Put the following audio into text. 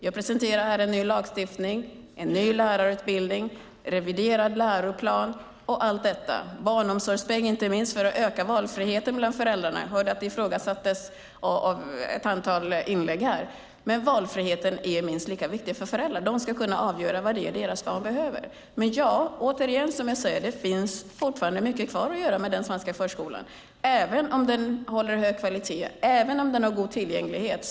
Vi presenterar här en ny lagstiftning, en ny lärarutbildning, en reviderad läroplan och inte minst en barnomsorgspeng för att öka valfriheten hos föräldrarna, som jag hörde ifrågasattes i ett antal inlägg här. Men valfriheten är minst lika viktig för föräldrarna. De ska kunna avgöra vad det är deras barn behöver. Återigen: Det finns fortfarande mycket kvar att göra med den svenska förskolan, även om den håller hög kvalitet och även om den har god tillgänglighet.